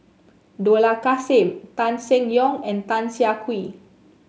Dollah Kassim Tan Seng Yong and Tan Siah Kwee